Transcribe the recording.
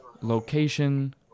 location